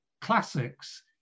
classics